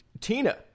tina